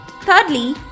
Thirdly